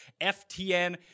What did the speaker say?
FTN